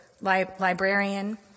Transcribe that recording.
librarian